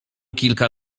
kilka